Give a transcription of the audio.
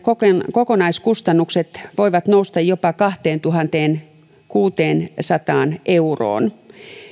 kokonaiskustannukset voivat nousta jopa kahteentuhanteenkuuteensataan euroon